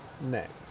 next